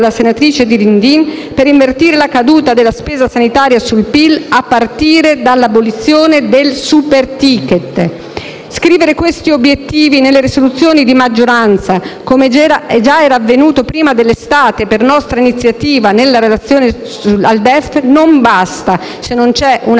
Dirindin, per invertire la caduta della spesa sanitaria sul PIL, a partire dall'abolizione del *superticket*. Scrivere questi obiettivi nelle risoluzioni di maggioranza, come già era avvenuto prima dell'estate per nostra iniziativa nella risoluzione sul DEF, non basta, se non c'è una vera